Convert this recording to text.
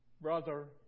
brother